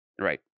right